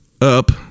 up